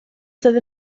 sydd